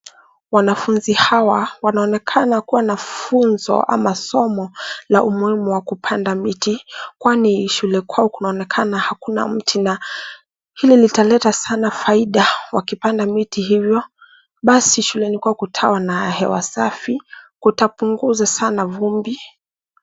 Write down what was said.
Wanafunzi hawa wanaonekana kuwa na funzo ama somo la umuhimu wa kupanda miti kwani shule kwao kunaonekana hakuna mti na hili litaleta sana faida wakipanda miti hivyo basi shuleni kwao kutawa na hewa safi, kutapunguza sana vumbi.